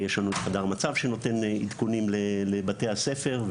יש לנו את חדר מצב שנותן עדכונים לבתי הספר,